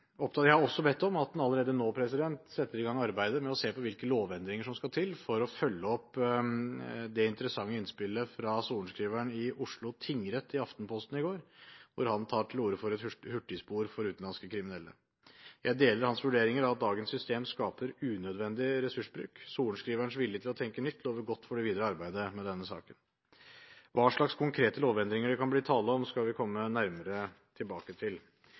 opptatt av denne problemstillingen, og jeg har derfor bedt Politidirektoratet om å innhente informasjon for å tallfeste gruppen og det mulige omfanget av kriminelle handlinger gruppen begår. Innhentingen av informasjon er foreløpig begrenset til distriktene Oslo, Asker, Bærum og Romerike. Jeg har også bedt om at man allerede nå setter i gang arbeidet med å se på hvilke lovendringer som skal til for å følge opp det interessante innspillet fra sorenskriveren i Oslo tingrett i Aftenposten i går, hvor han tar til orde for et hurtigspor for utenlandske kriminelle. Jeg deler hans vurderinger om at dagens system skaper unødvendig ressursbruk. Sorenskriverens vilje til